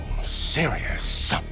serious